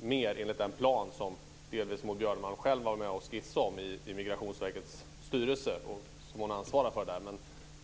fler enligt den plan som Maud Björnmalm själv varit med och skissat på i Migrationsverket styrelse.